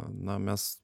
na mes